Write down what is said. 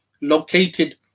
located